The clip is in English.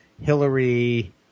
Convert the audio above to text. Hillary